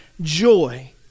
joy